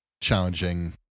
challenging